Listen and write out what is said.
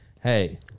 hey